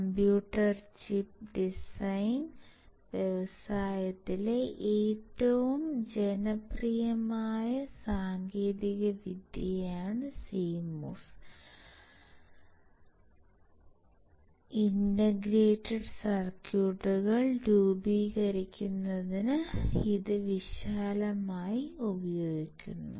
computer chip design വ്യവസായത്തിലെ ഏറ്റവും ജനപ്രിയമായ സാങ്കേതികവിദ്യയാണ് CMOS സാങ്കേതികവിദ്യ ഇന്റഗ്രേറ്റഡ് സർക്യൂട്ടുകൾ രൂപീകരിക്കുന്നതിന് ഇന്ന് വിശാലമായി ഉപയോഗിക്കുന്നു